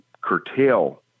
curtail